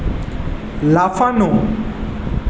লাফানো